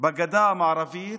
בגדה המערבית,